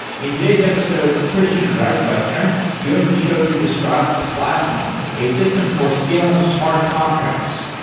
in today's episode christian reitwiessner joins the show to describe plasma a system for scaling smart contracts.